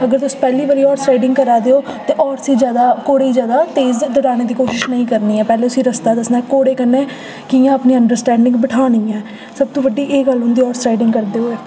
अगर तुस पैह्ली बारी हार्स राइडिंग करा दे ओ ते हार्स गी ज्यादा घोड़े गी ज्यादा तेज दड़ाने दी कोशश नेईं करनी पैह्लें उसी रस्ता दस्सना घोड़े कन्नै कि'यां अपनी अंडरस्टैडिंग बठानी ऐ सब तू बड्डी एह् गल्ल होंदी ऐ हार्स राइडिंग करदे होई